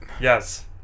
yes